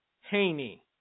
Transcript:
Haney